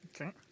Okay